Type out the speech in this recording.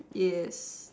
yes